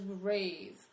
raised